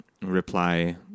Reply